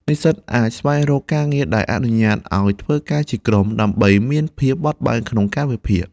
និស្សិតអាចស្វែងរកការងារដែលអនុញ្ញាតឲ្យធ្វើការជាក្រុម ដើម្បីមានភាពបត់បែនក្នុងកាលវិភាគ។